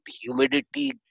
humidity